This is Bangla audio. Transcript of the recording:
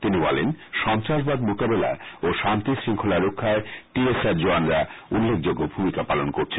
তিনি বলেন সন্ত্রাসবাদ মোকাবিলা ও শান্তি শৃঙ্খলা রক্ষায় টি এস আর জওয়ানরা উল্লেখযোগ্য ভূমিকা পালন করছে